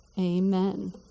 Amen